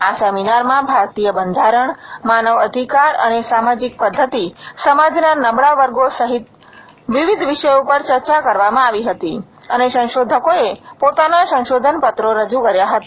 આ સેમિનારમાં ભારતીય બંધારણ માનવ અધિકાર અને સામાજીક પધ્ધતિ સમાજના નબળા વર્ગો સહિત વિવિધ વિષયો પર ચર્ચા કરવામાં આવી હતી અને સંશોધકોએ પોતાના સંશોધન પત્રો રજુ કર્યા હતા